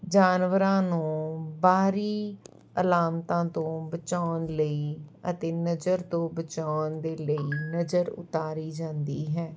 ਜਾਨਵਰਾਂ ਨੂੰ ਬਾਹਰੀ ਅਲਾਮਤਾਂ ਤੋਂ ਬਚਾਉਣ ਲਈ ਅਤੇ ਨਜ਼ਰ ਤੋਂ ਬਚਾਉਣ ਦੇ ਲਈ ਨਜ਼ਰ ਉਤਾਰੀ ਜਾਂਦੀ ਹੈ